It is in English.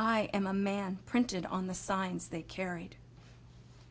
i am a man printed on the signs they carried